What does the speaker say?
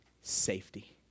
safety